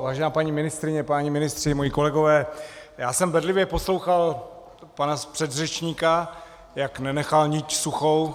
Vážená paní ministryně, páni ministři, moji kolegové, já jsem bedlivě poslouchal pana předřečníka, jak nenechal niť suchou